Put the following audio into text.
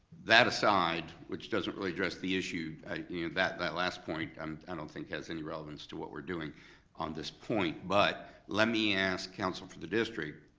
that aside, which doesn't really address the issue, that that last point, um i don't think, has any relevance to what we're doing on this point, but let me ask counsel for the district,